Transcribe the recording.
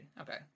Okay